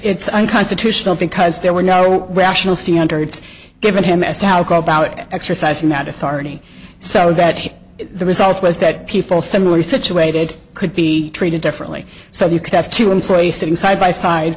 it's unconstitutional because there were no rational standards given him as to how called exercising that authority so that the result was that people similarly situated could be treated differently so you could have two employees sitting side by side